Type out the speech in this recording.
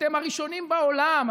אתם הראשונים בעולם,